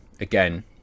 again